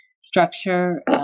structure